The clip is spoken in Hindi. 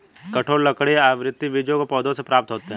कठोर लकड़ी आवृतबीजी पौधों से प्राप्त होते हैं